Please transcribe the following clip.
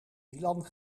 milan